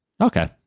Okay